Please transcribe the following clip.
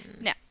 Now